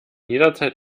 jederzeit